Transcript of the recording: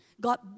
God